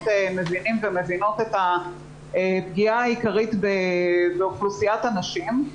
ומבינים את הפגיעה העיקרית באוכלוסיית הנשים.